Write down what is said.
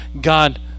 God